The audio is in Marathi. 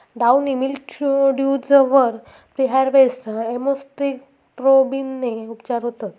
डाउनी मिल्ड्यूज वर प्रीहार्वेस्ट एजोक्सिस्ट्रोबिनने उपचार होतत